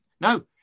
No